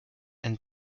and